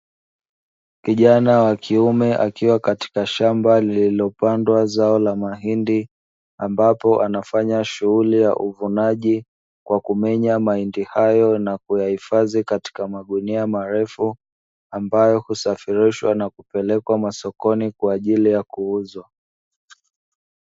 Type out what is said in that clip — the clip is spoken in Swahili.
Kijana wa kiume akiwa katika shamba lililopandwa zao la mahindi, ambapo anafanya shughuli ya uvunaji kwa kumenya mahindi hayo na kuyahifadhi katika magunia marefu, ambayo husafirishwa na kupelekwa masokoni kwa ajili ya kuuzwa.